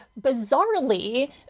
bizarrely